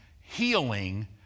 healing